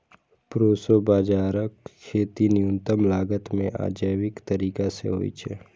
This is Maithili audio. प्रोसो बाजाराक खेती न्यूनतम लागत मे आ जैविक तरीका सं होइ छै